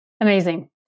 Amazing